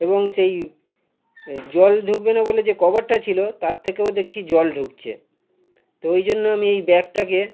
এবং সেই জল ঢুকবে না বলে যে কভারটা ছিলো তার থেকেও দেখছি জল ঢুকছে তো ওই জন্য আমি এই ব্যাগটাকে